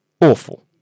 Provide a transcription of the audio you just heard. awful